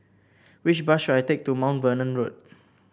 which bus should I take to Mount Vernon Road